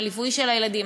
הליווי של הילדים,